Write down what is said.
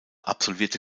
absolvierte